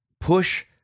push